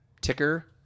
Ticker